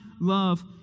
love